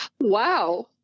Wow